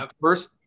first